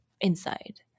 inside